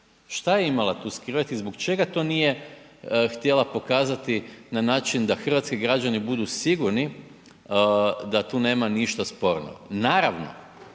šta je imala tu skrivat i zbog čega to nije htjela pokazati na način da hrvatski građani budu sigurni da tu nema ništa sporo.